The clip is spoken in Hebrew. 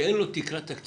- מה שאין לו תקרה תקציבית,